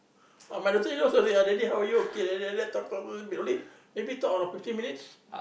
ah my daughter also daddy how are you okay l~ laptop problem we only maybe talk about fifteen minutes